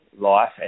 life